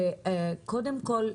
קודם כל,